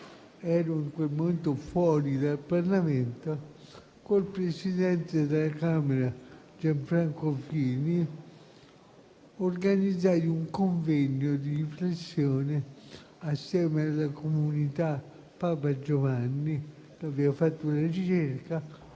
- in quel momento ero fuori dal Parlamento - con l'allora presidente della Camera Gianfranco Fini organizzai un convegno di riflessione assieme alla Comunità Papa Giovanni. Ricordo che facemmo una ricerca